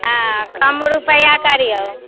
हँ कम रूपैआ करिऔ